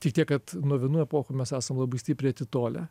tik tiek kad nuo vienų epochų mes esam labai stipriai atitolę